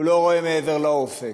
הוא לא רואה מעבר לאופק.